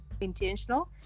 intentional